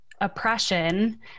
oppression